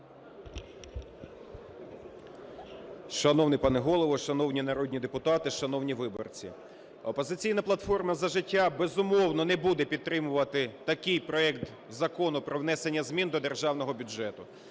Шановний пане Голово, шановні народні депутати, шановні виборці, "Опозиційна платформа - За життя", безумовно, не буде підтримувати такий проект Закону про внесення змін до Державного бюджету.